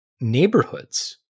neighborhoods